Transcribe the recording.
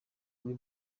muri